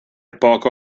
poco